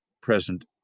present